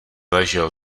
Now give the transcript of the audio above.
ležel